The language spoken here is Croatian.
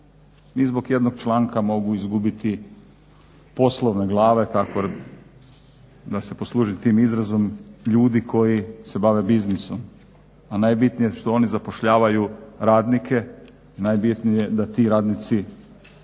I zbog jednog članka mogu izgubiti poslovne glave, tako da se poslužim tim izrazom, ljudi koji se bave biznisom. A najbitnije je što oni zapošljavaju radnike, najbitnije je da ti radnici